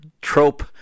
trope